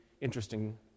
interesting